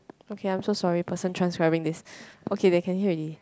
okay I'm so sorry person transferring this okay they can hear already